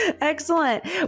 Excellent